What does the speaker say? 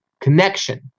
connection